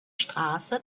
straße